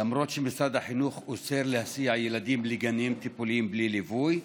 למרות שמשרד החינוך אוסר להסיע ילדים לגנים טיפוליים בלי ליווי,